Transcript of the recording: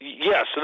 Yes